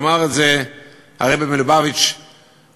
אמר את זה מלובביץ' לאביך,